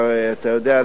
אתה יודע,